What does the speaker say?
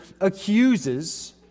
accuses